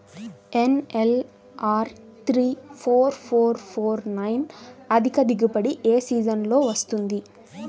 NLR three four four four nine అధిక దిగుబడి ఏ సీజన్లలో వస్తుంది?